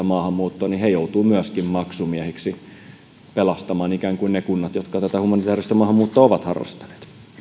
maahanmuuttoa joutuvat maksumiehiksi ikään kuin pelastamaan ne kunnat jotka tätä humanitääristä maahanmuuttoa ovat harrastaneet